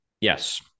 Yes